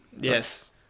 Yes